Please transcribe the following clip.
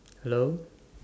hello